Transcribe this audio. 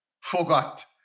forgot